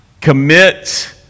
commit